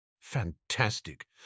Fantastic